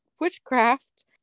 witchcraft